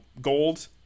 gold